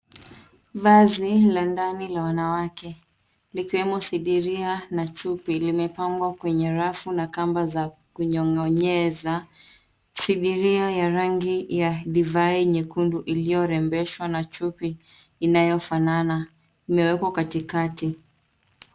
Vazi la ndani la wanawake likiwemo sidiria na chupi limepangwa kwenye rafu na kamba za kunyongonyeza. Sidiria ya rangi ya divai nyekundu iliyorembeshwa na chupi inayofanana imewekwa katikati.